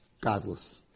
Godless